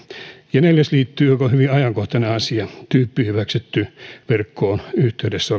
ja neljäs asia joka on hyvin ajankohtainen liittyy tyyppihyväksyttyyn verkkoon yhteydessä